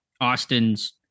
Austin's